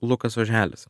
lukas oželis